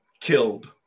killed